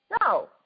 No